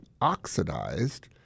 oxidized